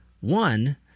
One